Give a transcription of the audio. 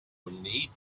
need